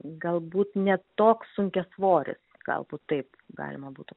galbūt ne toks sunkiasvoris galbūt taip galima būtų